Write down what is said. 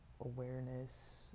awareness